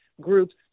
groups